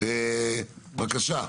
בבקשה.